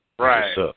Right